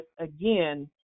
again